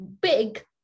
big